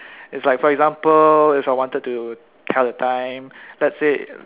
it's like for example if I wanted to tell the time let's say